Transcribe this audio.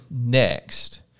next